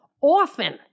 often